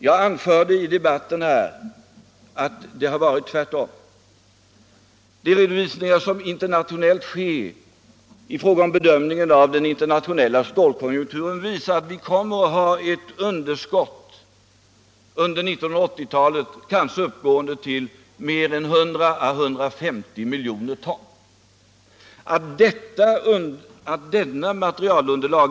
Jag sade i debatten här i kammaren att så inte var fallet. De redovisningar som gjorts av bedömningarna av den internationella stålkonjunkturen visar att vi under 1980-talet kommer att ha ett underskott av stålämnen uppgående till 100-150 miljoner ton.